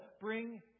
bring